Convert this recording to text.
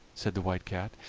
said the white cat,